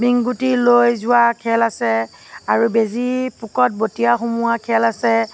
বিংগুটি লৈ যোৱা খেল আছে আৰু বেজি পকৰত বটিয়া সোমোৱা খেল আছে